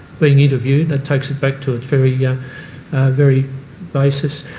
being interviewed. that takes it back to its very yeah very basis.